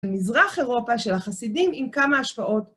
במזרח אירופה של החסידים, עם כמה השפעות?